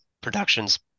productions